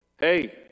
hey